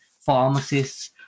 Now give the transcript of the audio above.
pharmacists